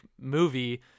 movie